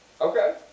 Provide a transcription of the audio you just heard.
Okay